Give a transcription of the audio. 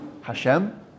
Hashem